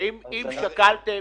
והאם שקלתם